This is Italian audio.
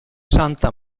santa